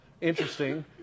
Interesting